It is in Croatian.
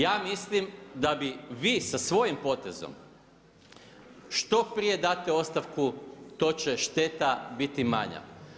Ja mislim da bi vi sa svojim potezom, što prije date ostavku, to će šteta biti manja.